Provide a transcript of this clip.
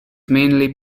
mainly